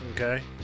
Okay